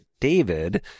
David